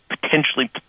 potentially